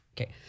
Okay